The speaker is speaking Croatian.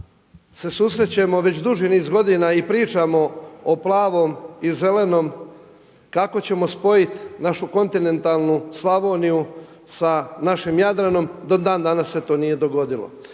se susrećemo već duži niz godina i pričamo o plavom i zelenom kako ćemo spojiti našu kontinentalnu Slavoniju sa našim Jadranom, do dan danas se nije dogodilo.